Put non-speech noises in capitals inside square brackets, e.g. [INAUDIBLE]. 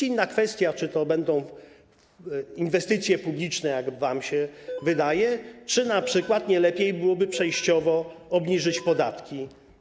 Inna kwestia, czy to będą inwestycje publiczne, jak wam się wydaje, [NOISE] czy np. nie lepiej byłoby przejściowo obniżyć podatki.